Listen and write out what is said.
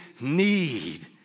need